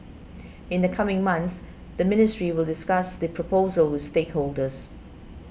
in the coming months the ministry will discuss the proposal with stakeholders